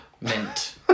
mint